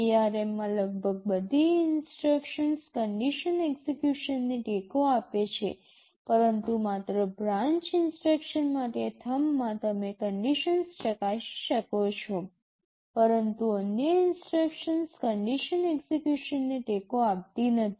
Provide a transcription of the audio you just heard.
ARM માં લગભગ બધી ઇન્સટ્રક્શન્સ કન્ડિશન એક્સેકયુશનને ટેકો આપે છે પરંતુ માત્ર બ્રાન્ચ ઇન્સટ્રક્શન માટે થમ્બમાં તમે કન્ડિશન્સ ચકાસી શકો છો પરંતુ અન્ય ઇન્સટ્રક્શન્સ કન્ડિશન એક્સેકયુશનને ટેકો આપતી નથી